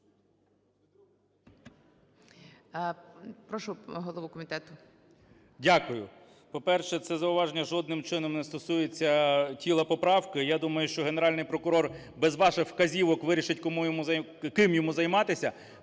Дякую. По-перше, це зауваження жодним чином не стосується тіла поправки. Я думаю, що Генеральний прокурор без ваших вказівок вирішить, кому йому… ким